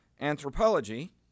anthropology